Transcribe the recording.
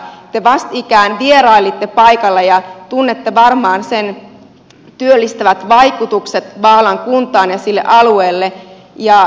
te vastikään vierailitte paikalla ja tunnette varmaan sen työllistävät vaikutukset vaalan kuntaan ja sille alueelle